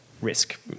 risk